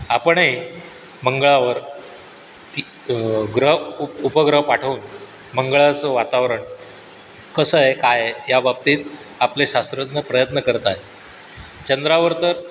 आपणही मंगळावर ग्रह उपग्रह पाठवून मंगळाचं वातावरण कसं आहे काय आहे या बाबतीत आपले शास्त्रज्ञ प्रयत्न करत आहेत चंद्रावर तर